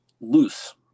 loose